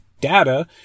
data